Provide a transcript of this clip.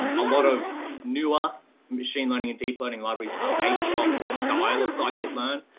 um a lot of newer machine learning and deep learning libraries are based off the style of socket learn.